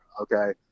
okay